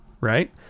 Right